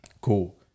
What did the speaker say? Cool